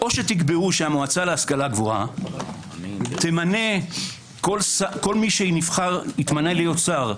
או תקבעו שהמועצה להשכלה גבוהה כל מי שנבחר יתמנה להיות שר,